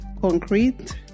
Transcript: concrete